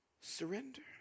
Surrender